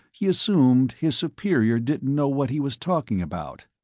he assumed his superior didn't know what he was talking about.